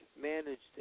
managed